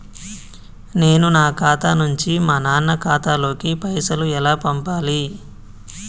నేను నా ఖాతా నుంచి మా నాన్న ఖాతా లోకి పైసలు ఎలా పంపాలి?